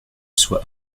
soit